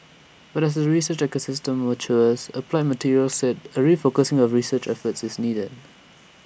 but as the research ecosystem matures applied materials said A refocusing of research efforts is needed